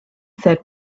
said